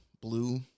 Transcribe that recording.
blue